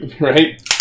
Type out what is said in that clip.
Right